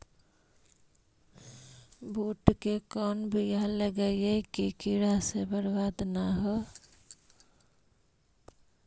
बुंट के कौन बियाह लगइयै कि कीड़ा से बरबाद न हो?